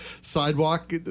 sidewalk